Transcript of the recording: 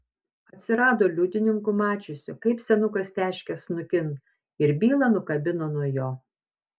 atsirado liudininkų mačiusių kaip senukas teškia snukin ir bylą nukabino nuo jo